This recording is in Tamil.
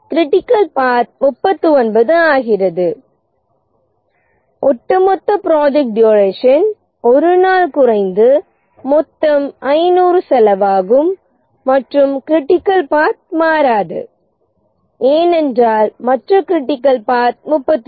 கிரிட்டிக்கல் பாத் 39 ஆகிறது ஒட்டுமொத்த ப்ராஜெக்ட் டியூரேஷன் 1 நாள் குறைந்து மொத்தம் 500 செலவாகும் மற்றும் கிரிட்டிக்கல் பாத் மாறாது ஏனென்றால் மற்ற கிரிட்டிக்கல் பாத் 38